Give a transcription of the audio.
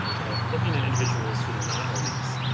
of looking at individuals who are not elites.